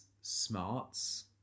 smarts